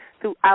throughout